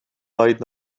loud